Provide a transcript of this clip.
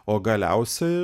o galiausiai